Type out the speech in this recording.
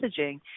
messaging